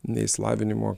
nei išsilavinimo